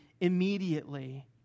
immediately